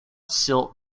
silt